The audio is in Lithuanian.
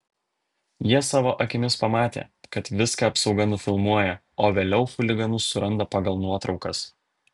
jie savo akimis pamatė kad viską apsauga nufilmuoja o vėliau chuliganus suranda pagal nuotraukas